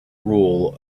rule